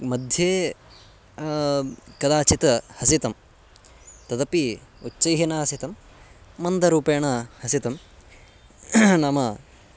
मध्ये कदाचित् हसितं तदपि उच्चैः न हसितं मन्दरूपेण हसितं नाम